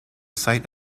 site